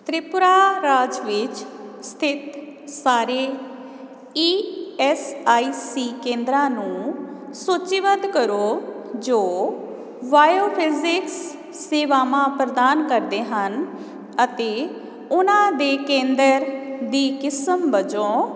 ਤ੍ਰਿਪੁਰਾ ਰਾਜ ਵਿੱਚ ਸਥਿਤ ਸਾਰੇ ਈ ਐੱਸ ਆਈ ਸੀ ਕੇਂਦਰਾਂ ਨੂੰ ਸੂਚੀਬੱਧ ਕਰੋ ਜੋ ਬਾਇਓਫਿਜ਼ਿਕਸ ਸੇਵਾਵਾਂ ਪ੍ਰਦਾਨ ਕਰਦੇ ਹਨ ਅਤੇ ਉਹਨਾਂ ਦੇ ਕੇਂਦਰ ਦੀ ਕਿਸਮ ਵਜੋਂ